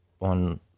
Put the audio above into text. on